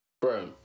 Bro